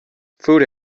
food